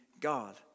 God